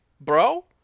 bro